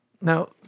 Now